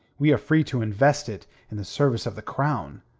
we are free to invest it in the service of the crown.